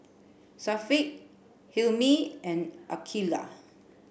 Syafiq Hilmi and Aqilah